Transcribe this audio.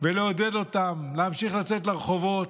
ולעודד אותם להמשיך לצאת לרחובות,